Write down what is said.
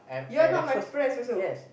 you all not my friends also